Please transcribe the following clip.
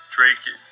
Drake